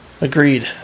agreed